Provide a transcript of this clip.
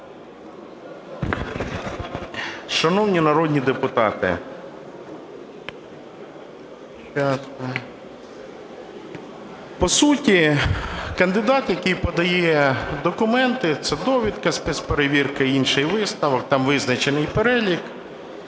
Шановні народні депутати, по суті, кандидат, який подає документи, а це довідка, спецперевірка і інший висновок, там визначений перелік.